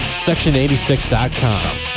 section86.com